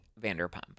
Vanderpump